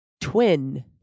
Twin